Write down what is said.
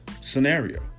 scenario